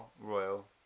Royal